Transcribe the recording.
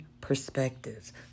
perspectives